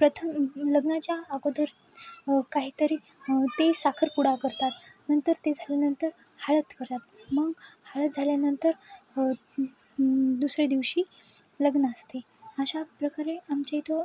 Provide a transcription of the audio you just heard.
प्रथम लग्नाच्या अगोदर काहीतरी ते साखरपुडा करतात नंतर ते झाल्यानंतर हळद करत मग हळद झाल्यानंतर दुसऱ्या दिवशी लग्न असते अशा प्रकारे आमच्या इथं